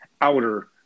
outer